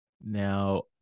Now